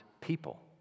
people